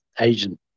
agent